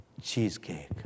cheesecake